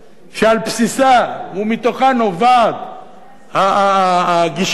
שעל בסיסה ומתוכה נובעת הגישה הזאת,